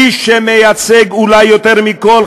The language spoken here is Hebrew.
איש שמייצג אולי יותר מכול,